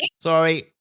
Sorry